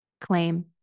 claim